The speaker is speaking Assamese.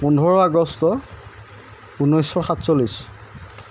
পোন্ধৰ আগষ্ট ঊনৈছশ সাতচল্লিছ